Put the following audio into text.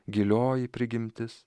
gilioji prigimtis